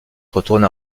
retourne